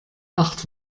acht